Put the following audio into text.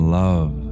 love